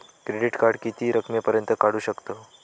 Credit card किती रकमेपर्यंत काढू शकतव?